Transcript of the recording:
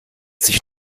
sich